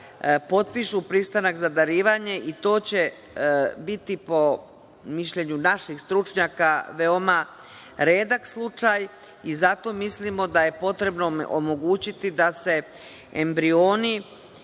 potpišu pristanak za darivanje, i to će biti, po mišljenju naših stručnjaka, veoma redak slučaj i zato mislimo da je potrebno omogućiti da se embrioni